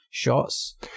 Shots